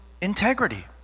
integrity